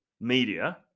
media